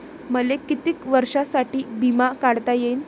मले कितीक वर्षासाठी बिमा काढता येईन?